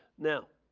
now